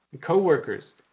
co-workers